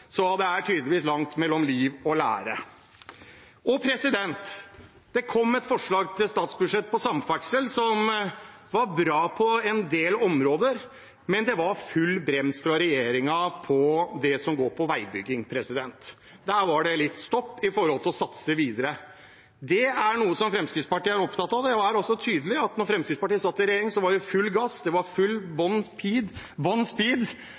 Så det er tydeligvis langt mellom liv og lære. Det kom et forslag til statsbudsjett på samferdsel som var bra på en del områder, men det var full brems fra regjeringen på det som går på veibygging. Der var det litt stopp med hensyn til å satse videre. Det er noe som Fremskrittspartiet er opptatt av. Det er tydelig at da Fremskrittspartiet satt i regjering, var det full gass, det var full